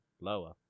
Lower